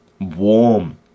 warm